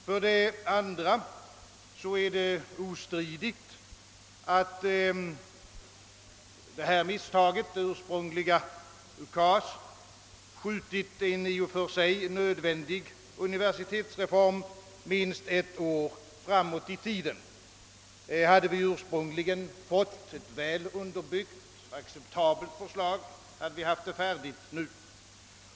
För det andra är det ostridigt, att detta misstag — den ursprungliga UKAS — skjutit en i och för sig nödvändig universitetsreform minst ett år framåt i tiden. Hade vi från början fått ett väl underbyggt acceptabelt förslag, hade det hela varit färdigt nu.